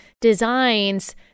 designs